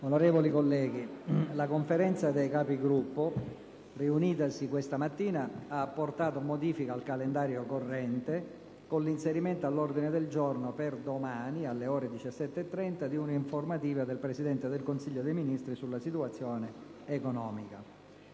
Onorevoli colleghi, la Conferenza dei Capigruppo, riunitasi questa mattina, ha apportato modifiche al calendario corrente con l'inserimento all'ordine del giorno, per domani, alle ore 17,30, di un'informativa del Presidente del Consiglio dei ministri sulla situazione economica.